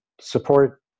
support